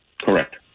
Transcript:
Correct